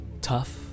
tough